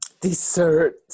Dessert